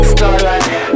Starlight